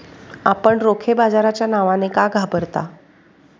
आपण रोखे बाजाराच्या नावाने का घाबरता?